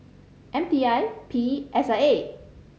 M T I P E S I A